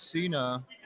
Cena